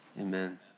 amen